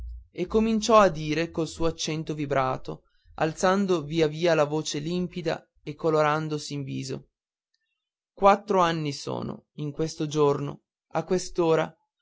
e cominciò a dire col suo accento vibrato alzando via via la voce limpida e colorandosi in viso quattro anni sono in questo giorno a